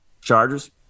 Chargers